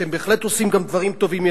אתם בהחלט עושים גם דברים טובים.